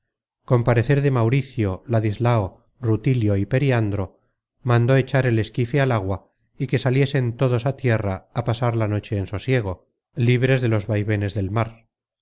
parecer de mauricio ladislao rutilio y perian content from google book search generated at dro mandó echar el esquife al agua y que saliesen todos á tierra á pasar la noche en sosiego libres de los vaivenes del mar